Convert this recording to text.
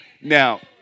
now